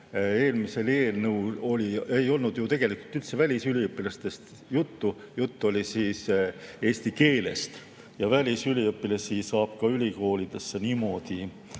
Eelmises eelnõus ei olnud ju tegelikult üldse välisüliõpilastest juttu, jutt oli eesti keelest. Välisüliõpilasi saab ülikoolidesse ka niimoodi